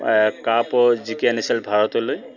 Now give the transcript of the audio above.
কাপো জিকি আনিছিল ভাৰতলৈ